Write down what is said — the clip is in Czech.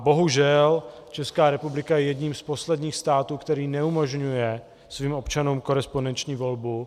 Bohužel Česká republika je jedním z posledních států, který neumožňuje svým občanům korespondenční volbu.